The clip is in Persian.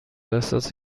احساس